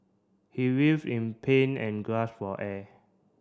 he writhed in pain and gasped for air